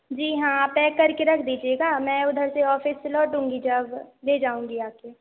जी हाँ आप पैक कर के रख दीजिएगा मैं उधर से ऑफिस से लौटूंगी जब ले जाऊँगी आ कर